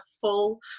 full